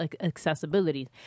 accessibility